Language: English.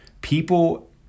people